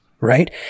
Right